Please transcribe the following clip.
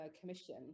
Commission